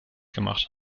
gemacht